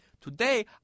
Today